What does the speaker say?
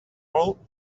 all